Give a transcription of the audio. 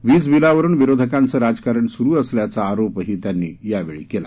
वीजबिलावरुन विरोधकांचं राजकारण सुरु असल्याचा आरोपही त्यांनी यावेळी केला